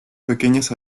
pequeñas